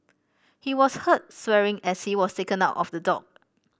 he was heard swearing as he was taken out of the dock